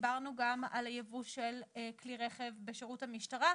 דיברנו גם על הייבוא של כלי רכב בשירות המשטרה.